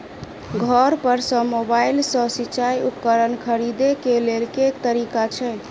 घर पर सऽ मोबाइल सऽ सिचाई उपकरण खरीदे केँ लेल केँ तरीका छैय?